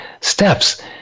steps